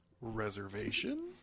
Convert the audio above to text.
Reservation